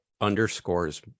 underscores